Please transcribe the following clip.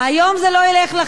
היום זה לא ילך לכם,